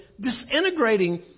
disintegrating